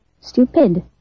Stupid